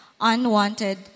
unwanted